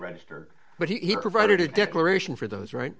register but he provided a declaration for those right